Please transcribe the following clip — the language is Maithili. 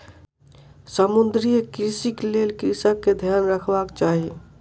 समुद्रीय कृषिक लेल कृषक के ध्यान रखबाक चाही